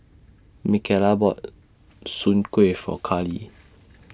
Micaela bought Soon Kueh For Karly